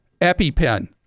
EpiPen